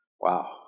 Wow